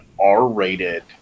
R-rated